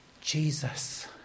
Jesus